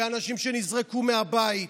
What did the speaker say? באנשים שנזרקו מהבית.